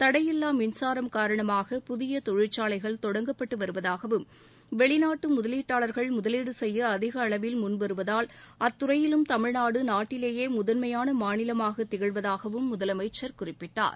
தடையில்லா மின்சாரம் காரணமாக புதிய தொழிற்சாலைகள் தொடங்கப்பட்டு வருவதாகவும் வெளிநாட்டு முதலீட்டாளர்கள் முதலீடு செய்ய அதிக அளவில் முன்வருவதால் அத்துறையிலும் தமிழ்நாடு நாட்டிலேயே முதன்மையான மாநிலமாக திகழ்வதாகவும் முதலமைச்சர் குறிப்பிட்டார்